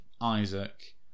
Isaac